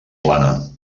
plana